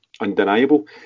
undeniable